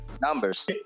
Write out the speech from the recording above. Numbers